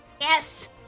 Yes